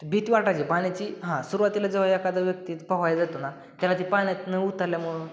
भीती वाटायची पाण्याची हां सुरुवातीला जवळ एखादं व्यक्ती पोहाय जातो ना त्याला ती पाण्यात न उतरल्यामुळं